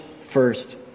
first